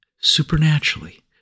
supernaturally